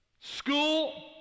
School